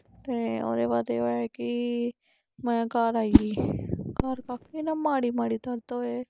ते ओह्दे बाद एह् होएया की में घर आई गेई घर कक्ख निं इ'यां माड़ी माड़ी दर्द होए